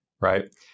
right